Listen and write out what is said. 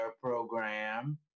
program